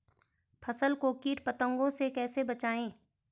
फसल को कीट पतंगों से कैसे बचाएं?